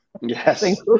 Yes